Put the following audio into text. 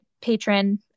patron